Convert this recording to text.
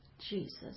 Jesus